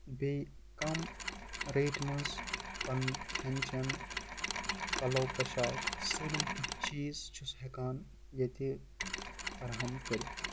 بیٚیہِ کَم ریٹہِ منٛز پَنُن کھٮ۪ن چٮ۪ن پَلو پوٚشاک سٲلِم کیٚنہہ چیٖز چھِ سُہ ہٮ۪کان ییٚتہِ فراہم کٔرِتھ